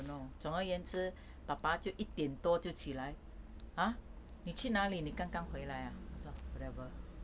I don't know 总而言之爸爸就一点多就起来 ah 你去哪里你刚刚回来呀